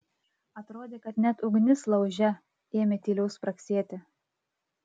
atrodė kad net ugnis lauže ėmė tyliau spragsėti